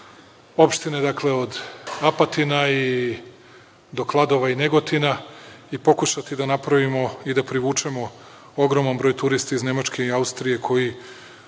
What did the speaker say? opštine, dakle, od Apatina do Kladova i Negotina i pokušati da napravimo i da privučemo ogroman broj turista iz Nemačke i Austrije,